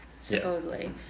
supposedly